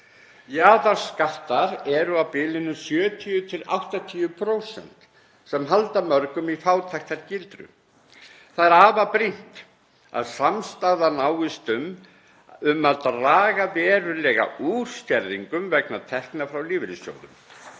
Jaðarskattar eru á bilinu 70–80% sem halda mörgum í fátæktargildru. Það er afar brýnt að samstaða náist um að um að draga verulega úr skerðingum vegna tekna frá lífeyrissjóðum.